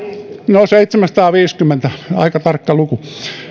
no seitsemänsataaviisikymmentä aika tarkka luku